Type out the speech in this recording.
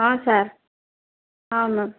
ହଁ ସାର୍ ହଁ ନ